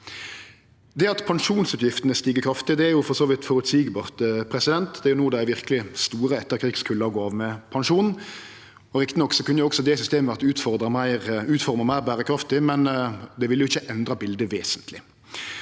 at pensjonsutgiftene stig kraftig, er for så vidt føreseieleg; det er no dei verkeleg store etterkrigskulla går av med pensjon. Riktig nok kunne også dette systemet vore utforma meir berekraftig, men det ville ikkje endra bildet vesentleg.